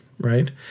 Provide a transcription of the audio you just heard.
right